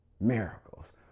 miracles